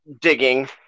digging